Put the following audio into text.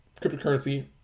cryptocurrency